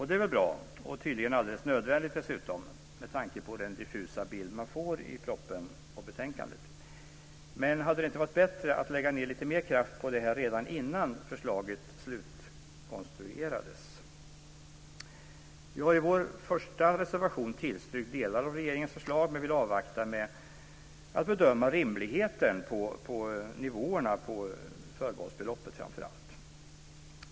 Det är väl bra, och dessutom tydligen alldeles nödvändigt, med tanke på den diffusa bild man får i propositionen och betänkandet. Men hade det inte varit bättre att lägga ned lite mer kraft på detta redan innan förslaget slutkonstruerades? Vi har i vår första reservation tillstyrkt delar av regeringens förslag, men vill avvakta med att bedöma rimligheten av nivåerna på förbehållsbeloppet, framför allt.